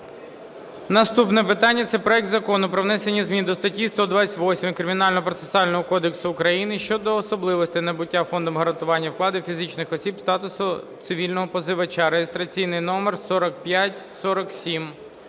Наступне питання – це проект Закону про внесення змін до статті 128 Кримінального процесуального кодексу України щодо особливостей набуття Фондом гарантування вкладів фізичних осіб статусу цивільного позивача (реєстраційний номер 4547).